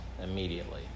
immediately